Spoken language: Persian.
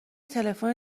تلفن